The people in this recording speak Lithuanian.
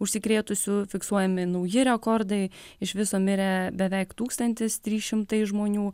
užsikrėtusių fiksuojami nauji rekordai iš viso mirė beveik tūkstantis trys šimtai žmonių